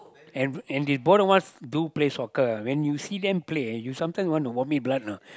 and and they both of us do play soccer ah when see them play you sometime want to vomit blood know